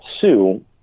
sue